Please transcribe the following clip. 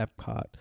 Epcot